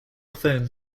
phone